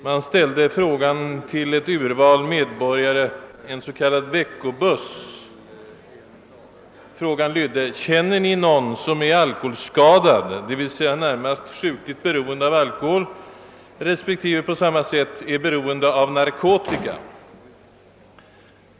Man frågade via en så kallad veckobuss ett urval medborgare: Känner Ni någon som är alkoholskadad, d.v.s. närmast sjukligt beroende av alkohol, respektive på samma sätt beroende av narkotika?